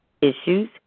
issues